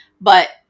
but-